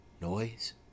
noise